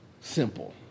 simple